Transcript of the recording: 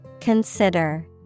Consider